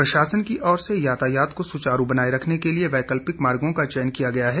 प्रशासन की ओर से यातायात को सुचारू बनाए रखने के लिए वैकल्पिक मार्गों का चयन किया गया है